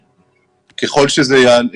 ככל שזה יהיה